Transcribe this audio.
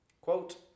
quote